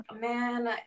man